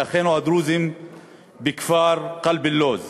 באחינו הדרוזים בכפר קלב-לוזה